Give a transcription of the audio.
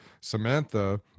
Samantha